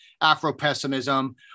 Afro-pessimism